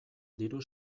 diru